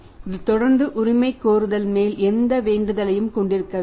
இது தொடர்ந்து உரிமை கோருதல் மேல் எந்த வேண்டுதலையும் கொண்டிருக்கவில்லை